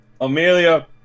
Amelia